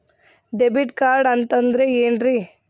Debit card ಅಂತಂದ್ರೆ ಏನ್ರೀ?